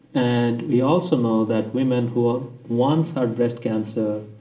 and we also know that women who once had breast cancer,